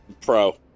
Pro